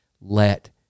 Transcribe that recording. let